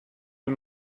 you